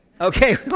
Okay